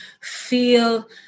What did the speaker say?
feel